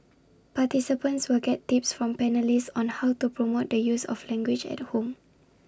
participants will get tips from panellists on how to promote the use of the language at home